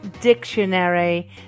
dictionary